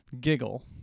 giggle